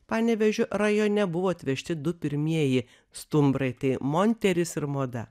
panevėžio rajone buvo atvežti du pirmieji stumbrai tai monteris ir moda